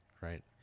Right